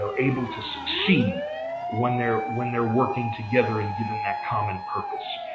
so able to succeed when they're when they're working together and given that common purpose.